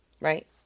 Right